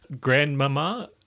Grandmama